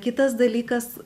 kitas dalykas